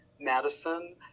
Madison